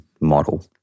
model